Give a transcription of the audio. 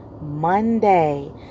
Monday